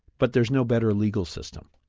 but there's no better legal system.